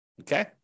okay